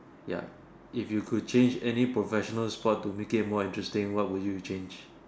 ya if you could change any professional sport to make it more interesting what would you change